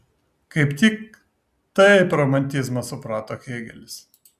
kaip tik taip romantizmą suprato hėgelis